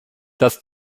das